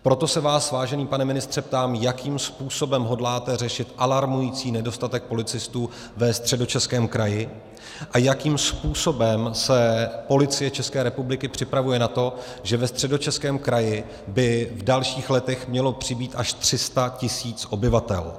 Proto se vás, vážený pane ministře, ptám, jakým způsobem hodláte řešit alarmující nedostatek policistů ve Středočeském kraji a jakým způsobem se Policie České republiky připravuje na to, že ve Středočeském kraji by v dalších letech mělo přibýt až 300 tisíc obyvatel.